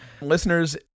Listeners